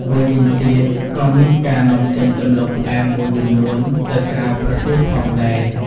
មួយវិញទៀត ក៏មានការនាំចេញដំឡូងផ្អែមមួយចំនួនទៅក្រៅប្រទេសផងដែរ។